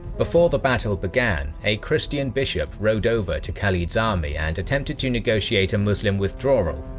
before the battle began, a christian bishop rode over to khalid's army and attempted to negotiate a muslim withdrawal.